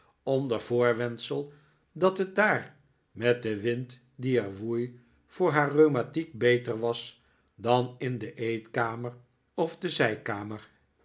onder voorwendsel dat het daar met den wind die er woei voor haar rheumatiek beter was dan in de eetkamer of de zijkamer